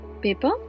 paper